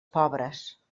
pobres